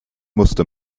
musste